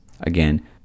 Again